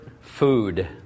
food